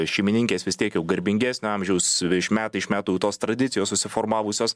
šeimininkės vis tiek jau garbingesnio amžiaus iš metai iš metų tos tradicijos susiformavusios